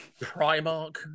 Primark